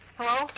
Hello